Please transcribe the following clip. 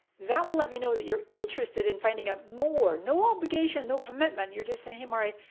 that will let me know that you're interested in finding out more. no obligation no commitment, you're just saying hey mari,